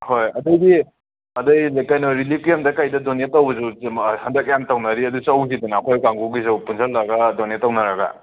ꯍꯣꯏ ꯑꯗꯒꯤ ꯑꯗꯩ ꯀꯩꯅꯣ ꯔꯤꯂꯤꯞ ꯀꯦꯝꯞꯇ ꯀꯩꯗ ꯗꯣꯅꯦꯠ ꯇꯧꯕꯁꯨ ꯍꯟꯗꯛ ꯌꯥꯝ ꯇꯧꯅꯔꯤ ꯑꯗꯨ ꯆꯥꯎꯁꯤꯗꯅ ꯑꯩꯈꯣꯏ ꯀꯥꯡꯕꯨꯒꯤꯁꯨ ꯄꯨꯟꯖꯜꯂꯒ ꯗꯣꯅꯦꯠ ꯇꯧꯅꯔꯒ